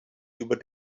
über